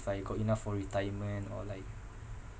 I got enough for retirement or like